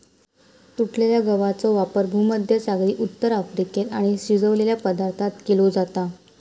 तुटलेल्या गवाचो वापर भुमध्यसागरी उत्तर अफ्रिकेत आणि शिजवलेल्या पदार्थांत केलो जाता